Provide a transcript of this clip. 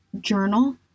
journal